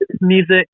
music